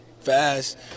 fast